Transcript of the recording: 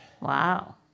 Wow